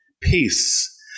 peace